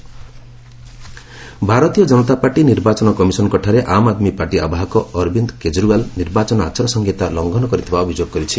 BJP EC Bharatiya Janata party ନିର୍ବାଚନ କମିଶନଙ୍କଠାରେ Aam Aadmi party ଆବାହକ ଅରବିନ୍ଦ କେରଜିୱାଲ ନିର୍ବାଚନ ଆଚାର ସଂହିତା ଲଙ୍ଘନ କରିଥିବା ଅଭିଯୋଗ କରିଛି